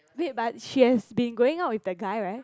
wait but she has been going out with the guy right